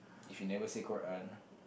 if you never say Qur'an